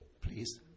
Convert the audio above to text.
Please